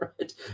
right